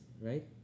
right